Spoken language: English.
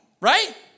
Right